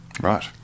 Right